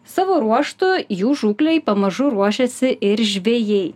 savo ruožtu jų žūklei pamažu ruošiasi ir žvejai